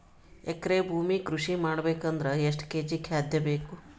ಎಕರೆ ಭೂಮಿ ಕೃಷಿ ಮಾಡಬೇಕು ಅಂದ್ರ ಎಷ್ಟ ಕೇಜಿ ಖಾದ್ಯ ಬೇಕು?